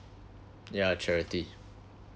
yeah charity